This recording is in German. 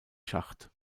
schacht